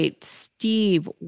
Steve